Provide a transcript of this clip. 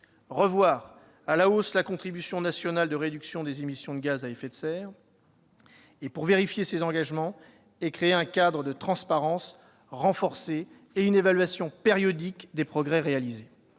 revoir à la hausse la contribution nationale de réduction des émissions de gaz à effet de serre. Pour vérifier ces engagements, il est créé un cadre de transparence renforcé et une évaluation périodique des progrès réalisés